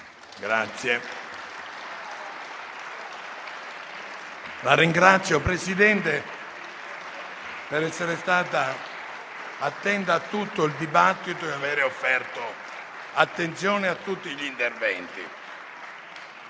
La ringrazio, Presidente, per essere stata attenta a tutto il dibattito e aver offerto attenzione a tutti gli interventi.